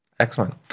Excellent